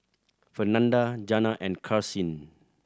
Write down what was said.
Fernanda Jana and Karsyn